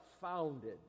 founded